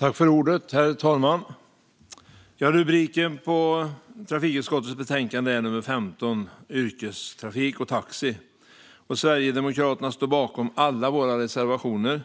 Herr talman! Rubriken på trafikutskottets betänkande nummer 15 är Yrkestrafik och taxi . Vi i Sverigedemokraterna står bakom alla våra reservationer